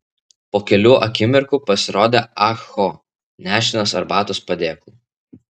po kelių akimirkų pasirodė ah ho nešina arbatos padėklu